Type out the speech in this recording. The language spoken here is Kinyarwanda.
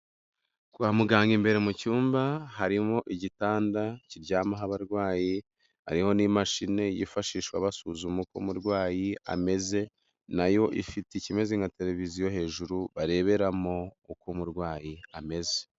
Kwa muganga imbere mu cyumba harimo igitanda kiryamaho abarwayi, hariho n'imashini yifashishwa basuzuma uko umurwayi ameze na yo ifite ikimeze nka tereviziyo hejuru bareberamo uko umurwayi ameze.